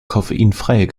koffeinfreie